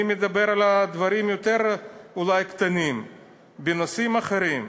אני מדבר על דברים אולי יותר קטנים בנושאים אחרים.